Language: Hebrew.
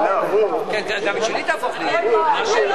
שלי תהפוך לאי-אמון,